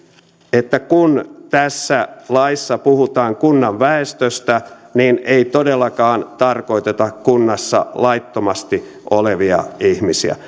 että kun tässä laissa puhutaan kunnan väestöstä niin ei todellakaan tarkoiteta kunnassa laittomasti olevia ihmisiä